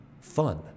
fun